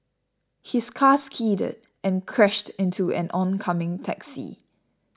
his car skidded and crashed into an oncoming taxi